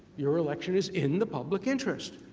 your election is in the public interest.